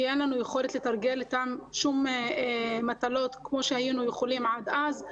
כי אין לנו יכולת לתרגל איתם שום מטלות כמו שהיינו יכולים עד אז.